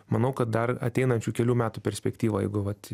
manau kad dar ateinančių kelių metų perspektyva jeigu vat